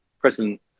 President